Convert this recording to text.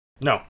No